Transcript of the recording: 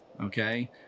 Okay